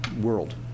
world